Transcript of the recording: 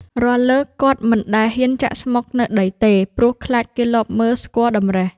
រាល់លើកគាត់មិន ដែលហ៊ានចាក់ស្មុគនៅដីទេ ព្រោះខ្លាចគេលបមើលស្គាល់តម្រិះ។